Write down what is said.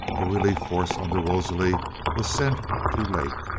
a relief force under wolseley was sent too late.